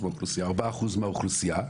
4% מהאוכלוסייה,